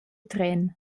tren